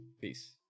Peace